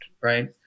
right